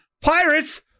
Pirates